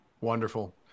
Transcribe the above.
wonderful